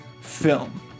film